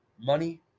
Money